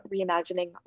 reimagining